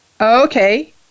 Okay